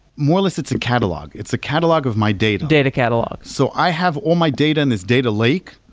more listed to catalog. it's a catalog of my data data catalog so i have all my data in this data lake,